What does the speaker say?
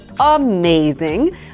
amazing